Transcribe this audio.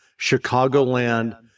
Chicagoland